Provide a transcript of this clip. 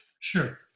Sure